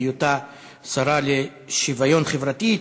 בהיותה שרה לשוויון חברתי,